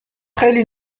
خیلی